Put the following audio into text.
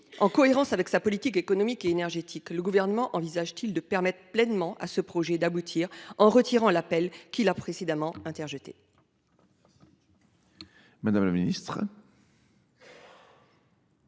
en cohérence avec sa politique économique et énergétique, le Gouvernement envisage t il de permettre pleinement à ce projet d’aboutir, en retirant l’appel qu’il a interjeté ? La parole est